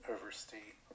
overstate